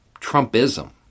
Trumpism